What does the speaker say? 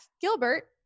gilbert